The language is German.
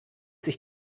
sich